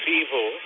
evil